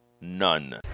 None